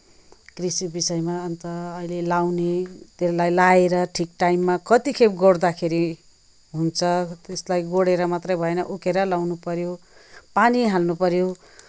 कृषि विषयमा अन्त अहिले लगाउने त्यसलाई लगाएर ठिक टाइममा कतिखेप गोड्दाखेरि हुन्छ त्यसलाई गोडेर मात्रै भएन उकेरा लाउनु पऱ्यो पानी हाल्नुपऱ्यो